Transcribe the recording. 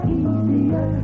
easier